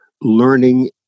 learning